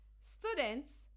Students